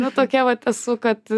nu tokia vat esu kad